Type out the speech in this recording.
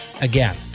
again